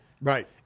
right